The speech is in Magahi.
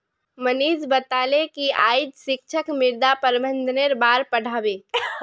मनीष बताले कि आइज शिक्षक मृदा प्रबंधनेर बार पढ़ा बे